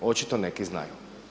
Očito neki znaju.